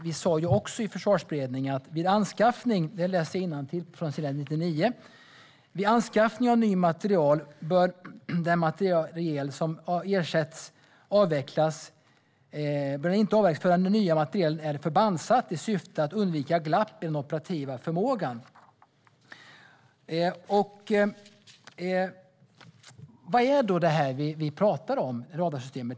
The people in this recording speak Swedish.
Vi sa också i Försvarsberedningen - och nu läser jag innantill från s. 99 - att vid anskaffning av ny materiel bör inte den materiel som ersätts avvecklas förrän ny materiel är förbandssatt i syfte att undvika glapp i den operativa förmågan. Vad är då detta radarsystem vi talar om?